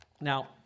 Now